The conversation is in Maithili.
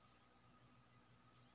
जे नहि करय कपाड़ से करय बेपार